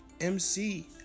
MC